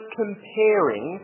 comparing